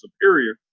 superior